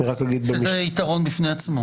שזה יתרון בפני עצמו.